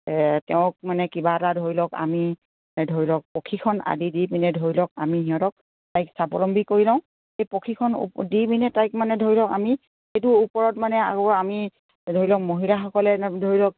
তেওঁক মানে কিবা এটা ধৰি লওক আমি ধৰি লওক প্ৰশিক্ষণ আদি দি পিনে ধৰি লওক আমি সিহঁতক তাইক স্বাৱলম্বী কৰি লওঁ সেই প্ৰশিক্ষণ দি পিনে তাইক মানে ধৰি লওক আমি সেইটোৰ ওপৰত মানে আ আমি ধৰি লওক মহিলাসকলে ধৰি লওক